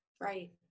Right